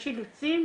יש אילוצים,